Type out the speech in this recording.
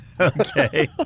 Okay